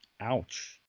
Ouch